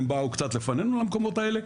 הם באו קצת לפנינו למקומות האלה,